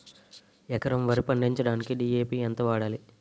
ఎకరం వరి పండించటానికి డి.ఎ.పి ఎంత వాడాలి?